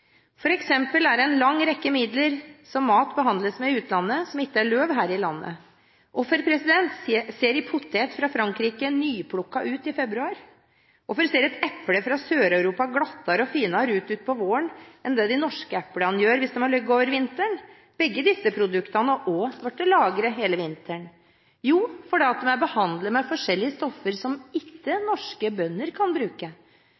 i utlandet med en lang rekke midler som det ikke er lov å bruke her i landet. Hvorfor ser en potet fra Frankrike nyplukket ut i februar, og hvorfor ser et eple fra Sør-Europa glattere og finere ut utpå våren enn det de norske eplene gjør, hvis de har ligget over vinteren? Begge disse produktene har også blitt lagret hele vinteren, men de er behandlet med forskjellige stoffer som ikke norske bønder kan bruke.